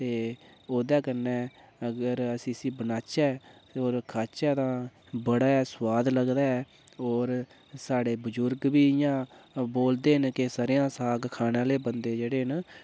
ते ओह्दे कन्नै अगर अस इसी बनाचै होर खाचै तां बड़ा सोआद लगदा ऐ होर साढ़े बुजुर्ग बी इ'यां बोलदे न कि सरेआं साग खाने आह्ले बंदे जेह्ड़े न